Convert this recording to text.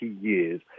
years